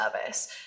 service